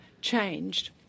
changed